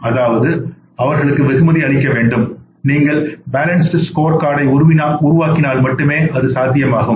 அதாவது அவர்களுக்கு வெகுமதி அளிக்க வேண்டும் நீங்கள் பேலன்ஸ்டு ஸ்கோர்கார்டை உருவாக்கினால் மட்டுமே அது சாத்தியமாகும்